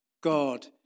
God